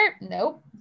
Nope